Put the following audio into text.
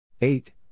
Eight